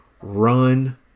run